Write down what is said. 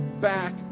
back